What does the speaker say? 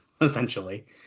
essentially